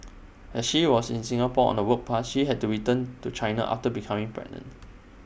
as she was in Singapore on A work pass she had to return to China after becoming pregnant